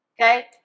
Okay